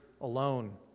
alone